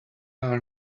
are